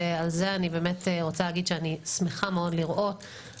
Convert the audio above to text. ואני באמת רוצה להגיד שאני שמחה לראות את זה